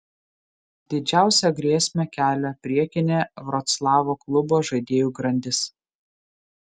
didžiausią grėsmę kelia priekinė vroclavo klubo žaidėjų grandis